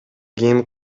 кийин